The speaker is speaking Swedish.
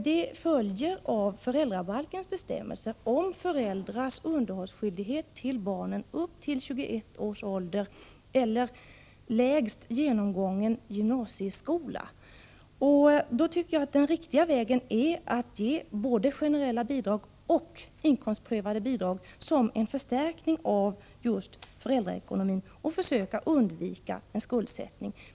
Det följer av föräldrabalkens bestämmelser om föräldrars underhållsskyldighet när det gäller barnen upp till 21 års ålder, eller lägst t.o.m. genomgången gymnasieskola. Jag tycker att den riktiga vägen är att ge både generella bidrag och inkomstprövade bidrag som en förstärkning av föräldraekonomin och försöka undvika att det blir fråga om skuldsättning.